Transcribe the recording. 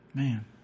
Man